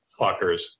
Fuckers